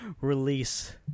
release